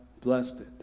blessed